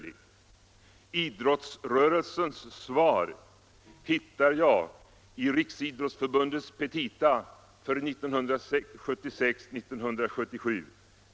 Idrottsrörelsens svar hittar jag i Riksidrottsförbundets petita för 1976/77.